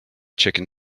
chicken